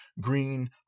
green